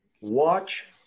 Watch